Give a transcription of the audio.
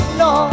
no